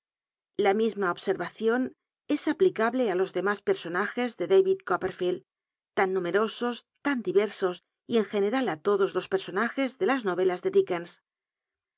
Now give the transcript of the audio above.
la mismaobservacio es aplicable á los demas personajes ele dcwid copperfield tau numctosos tau diversos y en general ú lodos los personajes de las norelas de